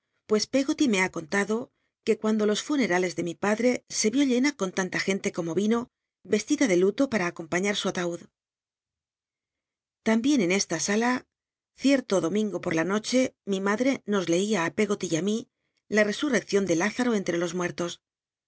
pues pcggoty me ha contado que cuando los funerales de mi padj'o se estida de vió llena con tanta gente como vino vestida de luto para acompañar su ataud tambien en esta sala cierto domingo por la noche mi madre nos leia á peggoty mi la e los muertos